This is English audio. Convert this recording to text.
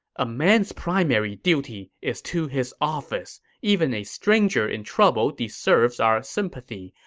a man's primary duty is to his office. even a stranger in trouble deserves our ah sympathy.